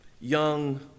young